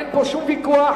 אין פה שום ויכוח.